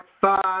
five